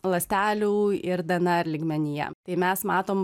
ląstelių ir dnr lygmenyje tai mes matom